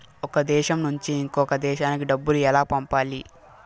ఒక దేశం నుంచి ఇంకొక దేశానికి డబ్బులు ఎలా పంపాలి?